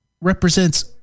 represents